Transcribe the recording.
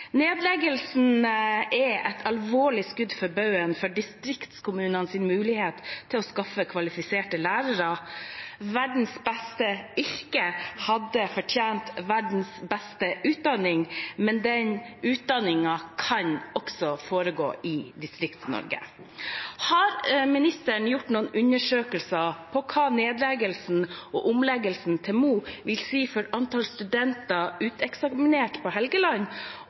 Nedleggelsen er et alvorlig skudd for baugen for distriktskommunenes mulighet til å skaffe kvalifiserte lærere. Verdens beste yrke hadde fortjent verdens beste utdanning, men den utdanningen kan også foregå i Distrikts-Norge. Har ministeren gjort noen undersøkelser av hva nedleggelsen, og omleggingen til Mo i Rana, vil ha å si for antallet studenter uteksaminert på Helgeland?